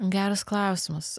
geras klausimas